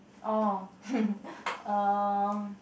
orh um